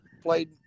Played